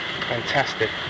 fantastic